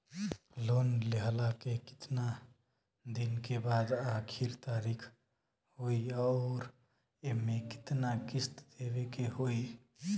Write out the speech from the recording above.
Loan लेहला के कितना दिन के बाद आखिर तारीख होई अउर एमे कितना किस्त देवे के होई?